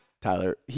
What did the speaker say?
Tyler